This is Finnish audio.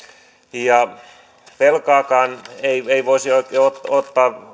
ja velkaakaan ei ei voisi oikein ottaa